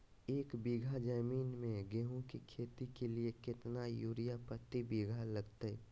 एक बिघा जमीन में गेहूं के खेती के लिए कितना यूरिया प्रति बीघा लगतय?